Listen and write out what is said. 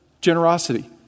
generosity